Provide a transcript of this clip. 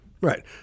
Right